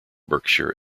berkshire